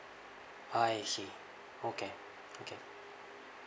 oh I see okay okay